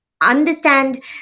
understand